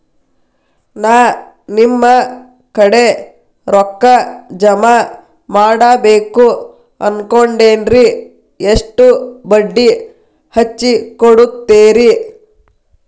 ನಾ ನಿಮ್ಮ ಕಡೆ ರೊಕ್ಕ ಜಮಾ ಮಾಡಬೇಕು ಅನ್ಕೊಂಡೆನ್ರಿ, ಎಷ್ಟು ಬಡ್ಡಿ ಹಚ್ಚಿಕೊಡುತ್ತೇರಿ?